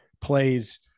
plays –